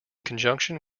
conjunction